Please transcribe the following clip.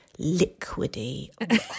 liquidy